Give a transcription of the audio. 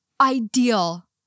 Ideal